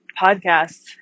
podcasts